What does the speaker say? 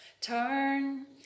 Turn